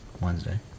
Wednesday